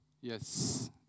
Yes